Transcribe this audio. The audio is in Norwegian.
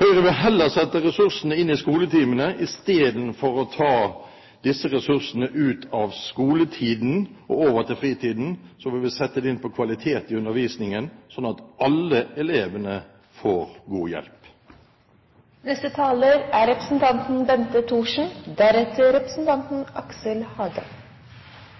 Høyre vil heller sette ressursene inn i skoletimene. Istedenfor å ta disse ressursene ut av skoletiden og over til fritiden vil vi sette dem inn på kvalitet i undervisningen, slik at alle elevene får god hjelp. Fremskrittspartiet er for frivillig leksehjelp. På lik linje med i Fremskrittspartiet er